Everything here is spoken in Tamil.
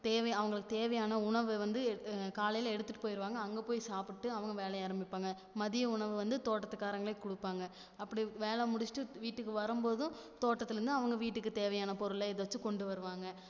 தேவை அவங்களுக்கு தேவையான உணவை வந்து காலையில் எடுத்துட்டு போயிடுவாங்க அங்கே போய் சாப்பிட்டு அவங்க வேலையை ஆரம்பிப்பாங்க மதிய உணவை வந்து தோட்டத்துக்காரங்களே கொடுப்பாங்க அப்படி வேலை முடிச்சுட்டு வீட்டுக்கு வரும்போதும் தோட்டத்தில் இருந்து அவங்க வீட்டுக்கு தேவையான பொருள் ஏதாச்சும் கொண்டு வருவாங்க